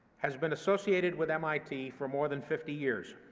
has been associated with mit for more than fifty years.